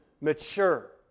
mature